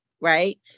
right